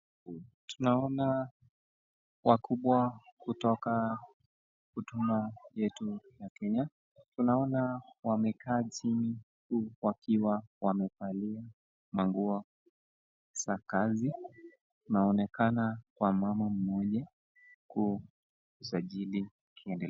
Tunaona wakubwa kutoka huduma yetu ya Kenya. Tunaona wamekaa chini huku wakiwa wamevalia maguo za kazi, inaonekana kwa mama mmoja huku sajili ikiendelea.